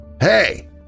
Hey